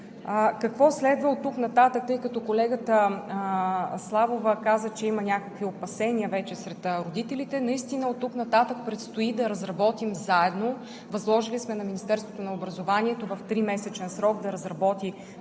Какво следва оттук нататък, тъй като колегата Славова каза, че има някакви опасения вече сред родителите? Наистина оттук нататък предстои да разработим заедно – възложили сме на Министерството на образованието в тримесечен срок да разработи